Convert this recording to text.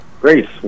Great